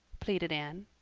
pleaded anne.